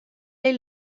est